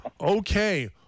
Okay